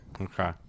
Okay